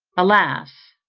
alas!